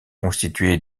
constituées